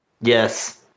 Yes